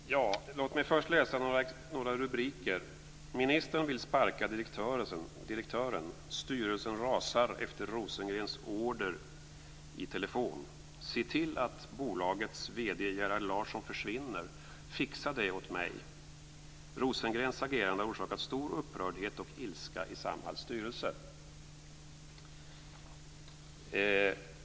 Fru talman! Låt mig först läsa några rubriker: "Ministern vill sparka direktören. Styrelsen rasar efter Rosengrens order i telefon." "Se till att bolagets VD Gerhard Larsson försvinner. Fixa det åt mig!" "Rosengrens agerande har orsakat stor upprördhet och ilska i Samhalls styrelse."